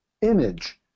image